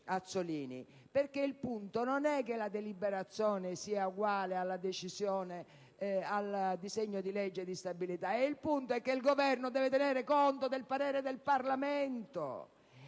perché il punto non è se la deliberazione è uguale al disegno di legge di stabilità: il punto è che il Governo deve tenere conto dell'indirizzo del Parlamento.